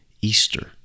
Easter